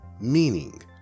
meaning